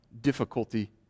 difficulty